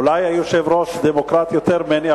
אולי היושב-ראש דמוקרט יותר ממני,